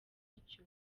mucyo